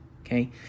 okay